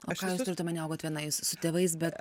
o ką jūs turit omenyje augot viena jūs su tėvais bet